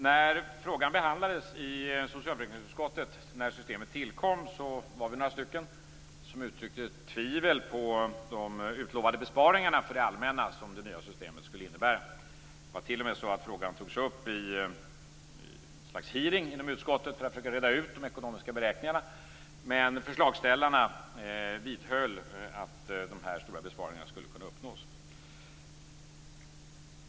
När systemet tillkom och frågan behandlades i socialförsäkringsutskottet var vi några som uttryckte tvivel om de utlovade besparingar för det allmänna som det nya systemet skulle innebära. Det var t.o.m. så att frågan togs upp vid ett slags hearing inom utskottet för att försöka reda ut de ekonomiska beräkningarna, men förslagsställarna vidhöll att de här stora besparingarna skulle kunna uppnås.